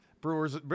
Brewers